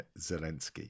Zelensky